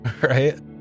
Right